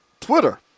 Twitter